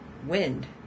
Wind